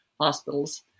hospitals